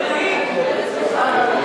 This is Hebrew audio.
אתה התנגדת לפני השרה.